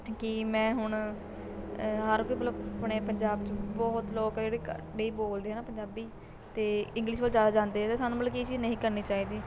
ਕੀ ਮੈਂ ਹੁਣ ਹਰ ਕੋਈ ਮਤਲਬ ਆਪਣੇ ਪੰਜਾਬ 'ਚ ਬਹੁਤ ਲੋਕ ਆ ਜਿਹੜੇ ਘੱਟ ਹੀ ਬੋਲਦੇ ਆ ਹੈ ਨਾ ਪੰਜਾਬੀ ਅਤੇ ਇੰਗਲਿਸ਼ ਵੱਲ ਜ਼ਿਆਦਾ ਜਾਂਦੇ ਤਾਂ ਸਾਨੂੰ ਮਤਲਬ ਕਿ ਇਹ ਚੀਜ਼ ਨਹੀਂ ਕਰਨੀ ਚਾਹੀਦੀ